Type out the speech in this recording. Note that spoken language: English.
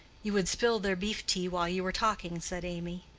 you would spill their beef tea while you were talking, said amy.